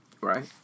right